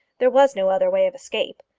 there was no other way of escape.